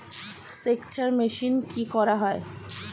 সেকচার মেশিন কি করা হয়?